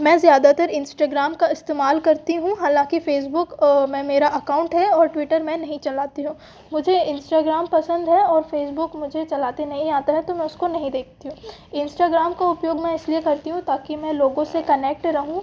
मैं ज़्यादातर इंस्टाग्राम का इस्तेमाल करती हूँ हालाँकि फे़सबुक में मेरा अकाउंट है और ट्विटर मैं नहीं चलाती हूँ मुझे इंस्टाग्राम पसंद है और फ़ेसबुक मुझे चलाते नहीं आता है तो मैं उसको नहीं देखती हूँ इंस्टाग्राम का उपयोग मैं इसलिए करती हूँ ताकि मैं लोगों से कनेक्ट रहूँ